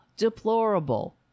deplorable